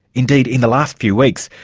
indeed, in the last few weeks,